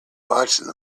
watching